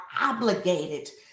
obligated